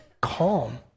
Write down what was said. calm